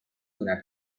کند